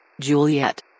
Juliet